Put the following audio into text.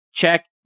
check